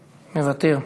מוותר.